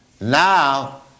Now